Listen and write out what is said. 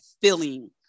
feeling